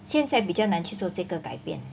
现在比较难去做这个改变